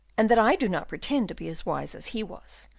and that i do not pretend to be as wise as he was,